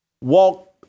walk